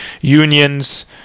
unions